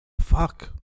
Fuck